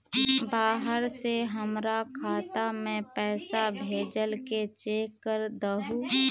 बाहर से हमरा खाता में पैसा भेजलके चेक कर दहु?